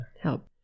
help